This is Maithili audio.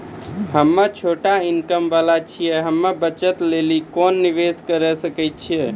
हम्मय छोटा इनकम वाला छियै, हम्मय बचत लेली कोंन निवेश करें सकय छियै?